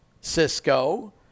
Cisco